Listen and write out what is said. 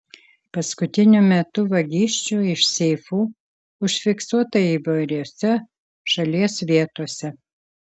paskutiniu metu vagysčių iš seifų užfiksuota įvairiose šalies vietose